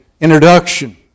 introduction